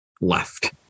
left